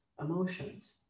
emotions